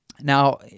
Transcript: Now